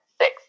six